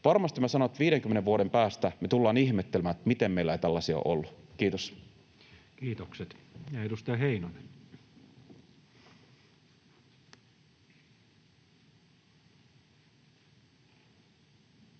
Varmasti, minä sanon, 50 vuoden päästä me tullaan ihmettelemään, miten meillä ei tällaisia ole ollut. — Kiitos. Kiitokset. — Ja edustaja Heinonen. Arvoisa